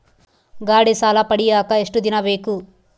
ಗಾಡೇ ಸಾಲ ಪಡಿಯಾಕ ಎಷ್ಟು ದಿನ ಬೇಕು?